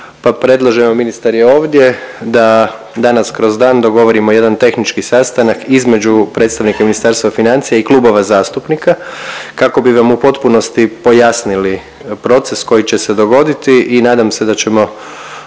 predlažem evo ministar je ovdje da danas kroz dan dogovorimo jedan tehnički sastanak između predstavnika Ministarstva financija i klubova zastupnika kako bi vam u potpunosti pojasnili proces koji će se dogoditi i nadam se da ćemo